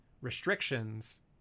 restrictions